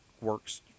works